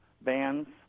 bands